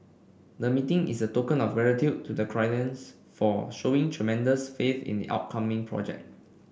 the meeting is a token of gratitude to the clients for showing tremendous faith in the upcoming project